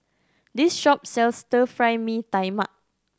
this shop sells Stir Fry Mee Tai Mak